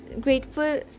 grateful